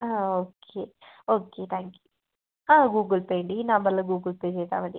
ആ okay okay thank you ആ Google Pay ഉണ്ട് ഈ നമ്പറിൽ ഗൂഗിൾ പേ ചെയ്താൽ മതി